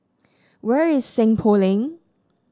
where is Seng Poh Lane